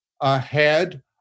ahead